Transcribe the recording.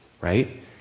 right